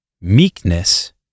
Meekness